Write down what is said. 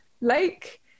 lake